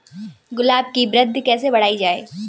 गुलाब की वृद्धि कैसे बढ़ाई जाए?